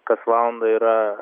kas valandą yra